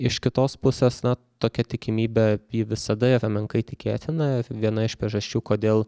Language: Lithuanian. iš kitos pusės na tokia tikimybė ji visada yra menkai tikėtina ir viena iš priežasčių kodėl